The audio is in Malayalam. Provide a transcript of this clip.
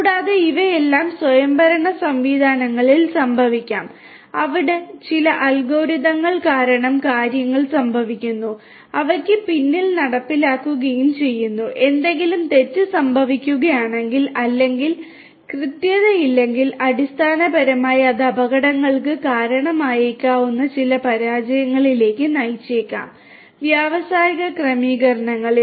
കൂടാതെ ഇവയെല്ലാം സ്വയംഭരണ സംവിധാനങ്ങളിൽ സംഭവിക്കാം അവിടെ ചില അൽഗോരിതങ്ങൾ കാരണം കാര്യങ്ങൾ സംഭവിക്കുന്നു അവയ്ക്ക് പിന്നിൽ നടപ്പിലാക്കുകയും ചെയ്യുന്നു എന്തെങ്കിലും തെറ്റ് സംഭവിക്കുകയാണെങ്കിൽ അല്ലെങ്കിൽ കൃത്യതയില്ലെങ്കിൽ അടിസ്ഥാനപരമായി അത് അപകടങ്ങൾക്ക് കാരണമായേക്കാവുന്ന ചില പരാജയങ്ങളിലേക്ക് നയിച്ചേക്കാം വ്യാവസായിക ക്രമീകരണങ്ങളിൽ